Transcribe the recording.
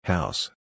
House